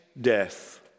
death